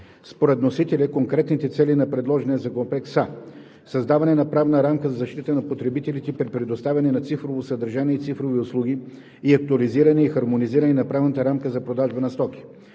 Според вносителя конкретните цели на предложения законопроект са: - Създаване на правна рамка за защита на потребителите при предоставяне на цифрово съдържание и цифрови услуги и актуализиране и хармонизиране на правната рамка за продажба на стоки;